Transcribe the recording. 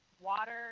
Water